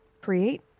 create